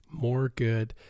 MOREGOOD